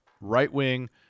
right-wing